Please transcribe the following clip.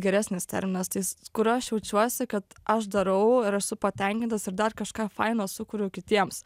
geresnis terminas tai jis kur aš jaučiuosi kad aš darau ir esu patenkintas ir dar kažką faino sukuriu kitiems